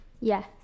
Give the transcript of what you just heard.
Yes